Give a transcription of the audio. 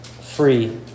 Free